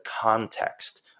context